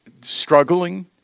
struggling